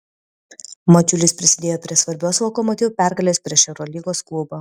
mačiulis prisidėjo prie svarbios lokomotiv pergalės prieš eurolygos klubą